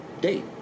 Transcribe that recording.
date